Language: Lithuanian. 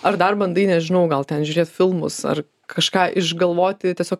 ar dar bandai nežinau gal ten žiūrėt filmus ar kažką išgalvoti tiesiog